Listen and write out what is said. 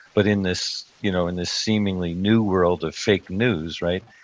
but in this you know in this seemingly new world of fake news, right,